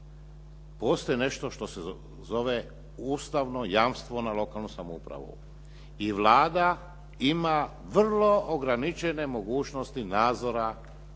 postoji nešto što se zove Ustavno jamstvo na lokalnu samoupravu i Vlada ima vrlo ograničene mogućnosti nadzora nad